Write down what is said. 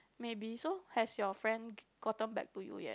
maybe so has your friend gotten back to you yet